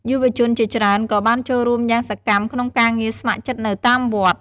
យុវជនជាច្រើនក៏បានចូលរួមយ៉ាងសកម្មក្នុងការងារស្ម័គ្រចិត្តនៅតាមវត្ត។